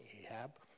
Ahab